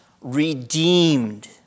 redeemed